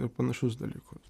ir panašius dalykus